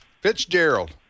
Fitzgerald